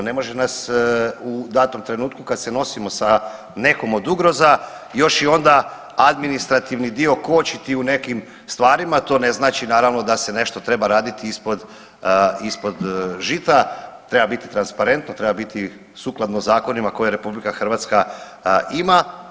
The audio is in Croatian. Ne može nas u datom trenutku kad se nosimo sa nekom od ugroza još i onda administrativni dio kočiti u nekim stvarima, to ne znači naravno da se nešto treba raditi ispod žita, treba biti transparentno, treba biti sukladno zakonima koje RH ima.